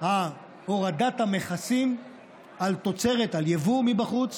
הורדת המכסים על תוצרת, על יבוא מבחוץ,